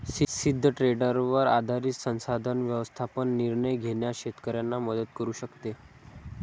सिद्ध ट्रेंडवर आधारित संसाधन व्यवस्थापन निर्णय घेण्यास शेतकऱ्यांना मदत करू शकते